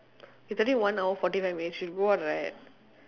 it's already one hour forty five minutes we should go out right